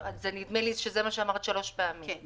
נדמה לי שזה מה שאת אמרת שלוש פעמים.